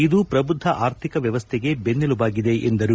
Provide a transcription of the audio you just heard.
ಇದು ಪ್ರಬುದ್ಧ ಆರ್ಥಿಕ ವ್ಯವಸ್ಥೆಗೆ ಬೆನ್ನೆಲುಬಾಗಿದೆ ಎಂದರು